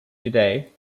today